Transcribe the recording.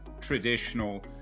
traditional